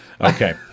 Okay